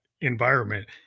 environment